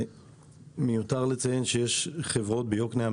מיותר לציין שיש חברות ביוקנעם,